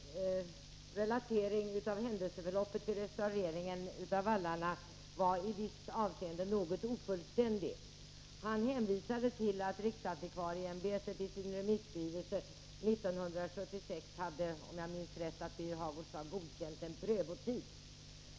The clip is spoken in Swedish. Fru talman! Birger Hagårds relatering av händelseförloppet vid restaureringen av vallarna var i visst avseende något ofullständig. Han hänvisade, om jag minns rätt, till att riksantikvarieämbetet i sin remisskrivelse 1976 hade godkänt en prövotid.